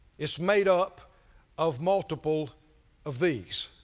it's made up of multiple of these.